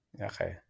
okay